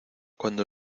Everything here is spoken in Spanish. cuando